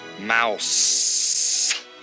Mouse